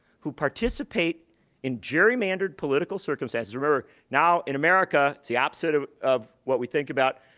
who participate in gerrymandered political circumstances. remember, now, in america, it's the opposite of of what we think about.